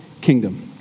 kingdom